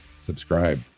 subscribe